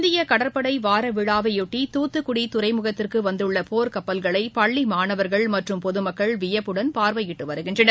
இந்திய கடற்படை வாரவிழாவையொட்டி தூத்துக்குடி துறைமுகத்திற்கு வந்துள்ள போர்க்கப்பல்களை பள்ளி மாணவர்கள் மற்றும் பொது மக்கள் வியப்புடன் பார்வையிட்டு வருகின்றனர்